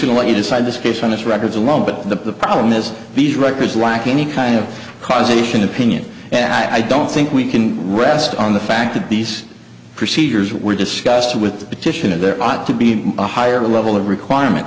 to let you decide this case on its records alone but the problem is these records lack any kind of causation opinion and i don't think we can rest on the fact that these procedures were discussed with the petition and there ought to be a higher level of requirement